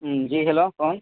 جی hello کون